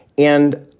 and,